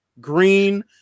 green